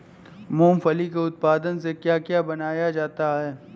मूंगफली के उत्पादों से क्या क्या बनाया जाता है?